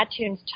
iTunes